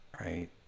Right